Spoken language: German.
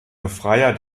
befreier